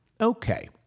Okay